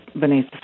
beneath